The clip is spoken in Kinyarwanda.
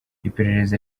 iperereza